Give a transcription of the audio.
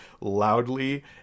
loudly